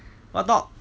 what dog